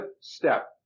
step